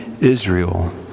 Israel